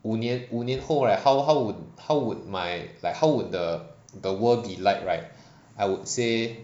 五年五年后 right how how would how would my like how would the the world be like right I would say